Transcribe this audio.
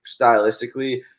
stylistically